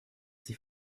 sich